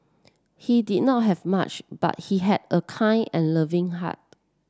he did not have much but he had a kind and loving heart